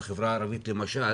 למשל